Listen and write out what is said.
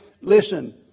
Listen